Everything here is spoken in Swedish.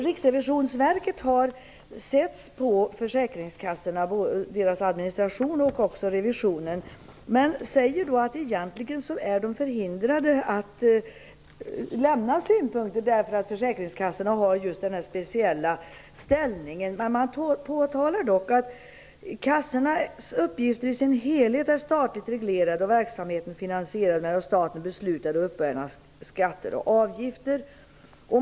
Riksrevisionsverket har sett på försäkringkassornas administration och även revisionen och säger att de egentligen är förhindrade att lämna synpunkter eftersom försäkringskassorna har just den här speciella ställningen. Man påtalar dock att kassornas uppgift i sin helhet är statligt reglerad och att verksamheten är finansierad med av staten beslutad uppbörd av skatter och avgifter.